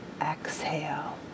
exhale